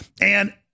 And-